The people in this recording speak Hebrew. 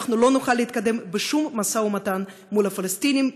אנחנו לא נוכל להתקדם בשום משא ומתן מול הפלסטינים,